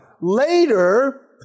Later